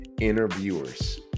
interviewers